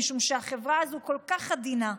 משום שהחברה הזו כל כך עדינה,